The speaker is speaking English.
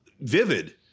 Vivid